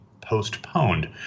postponed